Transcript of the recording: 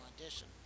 audition